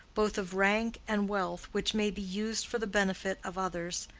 both of rank and wealth, which may be used for the benefit of others.